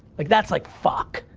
like, that's like, fuck!